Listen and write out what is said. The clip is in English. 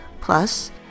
Plus